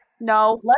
No